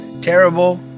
terrible